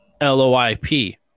L-O-I-P